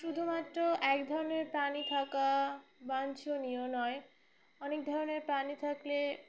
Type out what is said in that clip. শুধুমাত্র এক ধরনের প্রাণী থাকা বাঞ্ছনীয় নয় অনেক ধরনের প্রাণী থাকলে